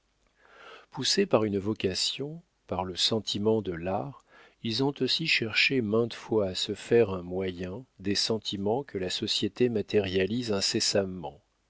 poussés par une vocation par le sentiment de l'art ils ont aussi cherché maintes fois à se faire un moyen des sentiments que la société matérialise